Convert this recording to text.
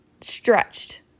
stretched